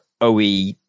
OE